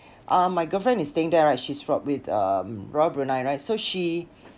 uh my girlfriend is staying there right she's from with um br~ Brunei right so she